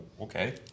okay